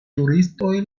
turistoj